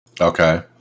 okay